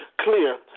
Clear